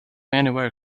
anywhere